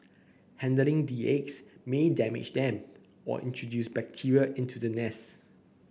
handling the eggs may damage them or introduce bacteria into the nest